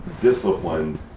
disciplined